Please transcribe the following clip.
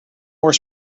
more